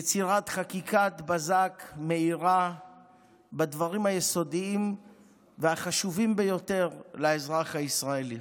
יצירת חקיקת בזק מהירה בדברים היסודיים והחשובים ביותר לאזרח הישראלי.